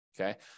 Okay